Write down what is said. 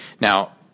Now